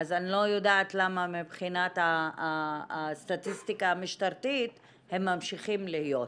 אז אני לא יודעת למה מבחינת הסטטיסטיקה המשטרתית הם ממשיכים להיות.